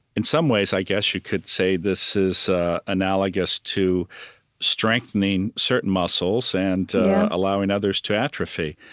in some ways, i guess you could say this is analogous to strengthening certain muscles and allowing others to atrophy.